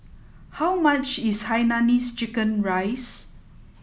how much is Hainanese Chicken Rice